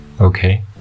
Okay